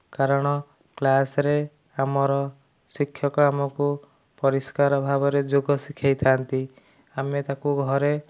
କାରଣ କ୍ଲାସରେ ଆମର ଶିକ୍ଷକ ଆମକୁ ପରିଷ୍କାର ଭାବରେ ଯୋଗ ଶିଖେଇଥାଆନ୍ତି ଆମେ ତାକୁ ଘରେ